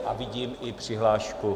A vidím i přihlášku...